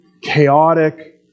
chaotic